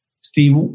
Steve